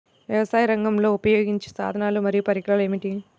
వ్యవసాయరంగంలో ఉపయోగించే సాధనాలు మరియు పరికరాలు ఏమిటీ?